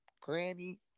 granny